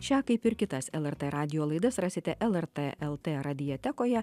šią kaip ir kitas lrt radijo laidas rasite lrt lt radiotekoje